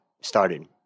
started